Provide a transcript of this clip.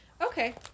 Okay